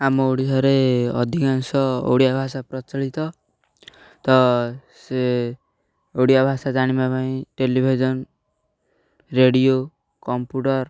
ଆମ ଓଡ଼ିଶାରେ ଅଧିକାଂଶ ଓଡ଼ିଆ ଭାଷା ପ୍ରଚଳିତ ତ ସେ ଓଡ଼ିଆ ଭାଷା ଜାଣିବା ପାଇଁ ଟେଲିଭିଜନ ରେଡ଼ିଓ କମ୍ପୁଟର